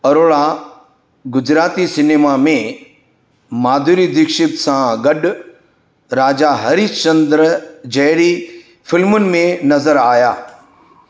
Arora Gujarati cinema में माधुरी दीक्षित सां गॾु राजा हरीश चंद्र जहिड़ी फ़िल्मुनि में नज़र आहियां